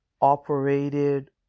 operated